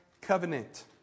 covenant